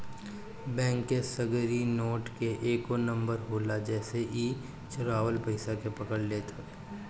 bank के सगरी note के एगो नंबर होला जेसे इ चुरावल पईसा के पकड़ लेत हअ